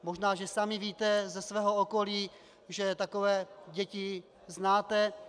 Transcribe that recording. Možná, že sami víte ze svého okolí, že takové děti znáte.